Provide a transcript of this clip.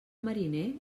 mariner